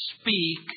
speak